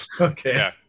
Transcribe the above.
Okay